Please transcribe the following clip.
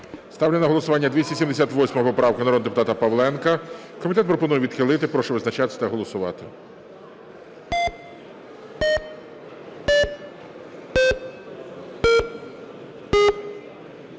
Ставлю на голосування 278 поправку народного депутата Павленка. Комітет пропонує відхилити. Прошу визначатися та голосувати.